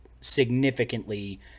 significantly